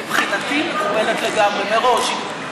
מבחינתי היא מקובלת לגמרי מראש.